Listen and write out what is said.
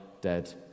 dead